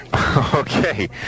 Okay